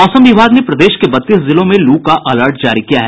मौसम विभाग ने प्रदेश के बत्तीस जिलों में लू का अलर्ट जारी किया है